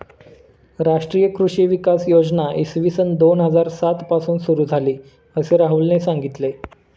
राष्ट्रीय कृषी विकास योजना इसवी सन दोन हजार सात पासून सुरू झाली, असे राहुलने सांगितले